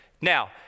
Now